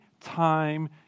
time